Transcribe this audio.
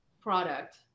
product